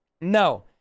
no